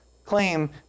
claim